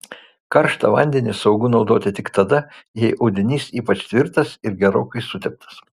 karštą vandenį saugu naudoti tik tada jei audinys ypač tvirtas ir gerokai suteptas